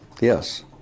Yes